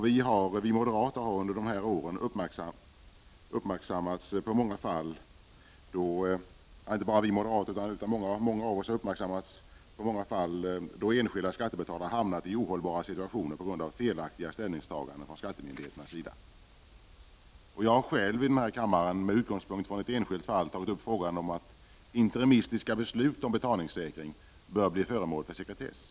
Vi moderater och många andra har under de här åren uppmärksammats på många fall där enskilda skattebetalare hamnat i ohållbara situationer på grund av felaktiga ställningstaganden av skattemyndigheterna. Jag har själv i denna kammare med utgångspunkt från ett enskilt fall tagit upp frågan om att interimistiska beslut om betalningssäkring bör bli föremål för sekretess.